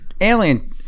alien